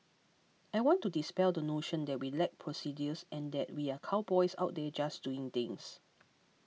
I want to dispel the notion that we lack procedures and that we are cowboys out there just doing things